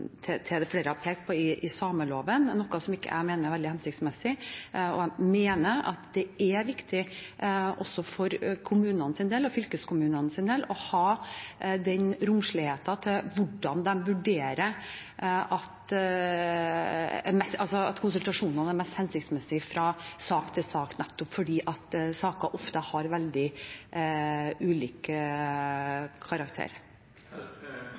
til sameloven, er noe jeg mener ikke er veldig hensiktsmessig. Jeg mener at det er viktig også for kommunenes og fylkeskommunenes del å ha romslighet for hvordan de vurderer at konsultasjonen er mest hensiktsmessig, fra sak til sak, nettopp fordi saker ofte har veldig ulik karakter.